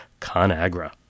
ConAgra